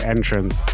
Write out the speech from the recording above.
Entrance